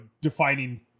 defining